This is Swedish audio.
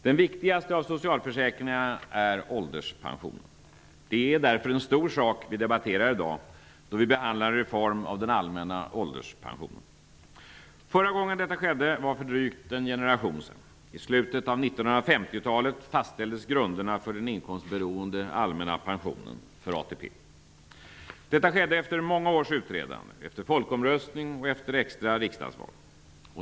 Den viktigaste av socialförsäkringarna är ålderspensionen. Det är därför en stor sak vi debatterar i dag, då vi behandlar en reform av den allmänna ålderspensionen. Förra gången detta skedde var för drygt en generation sedan. I slutet av 1950-talet fastställdes grunderna för den inkomstberoende allmänna pensionen, för ATP. Detta skedde efter många års utredande, efter folkomröstning och efter extra riksdagsval.